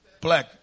Black